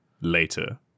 later